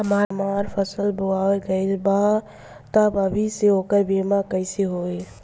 हमार फसल बोवा गएल बा तब अभी से ओकर बीमा कइसे होई?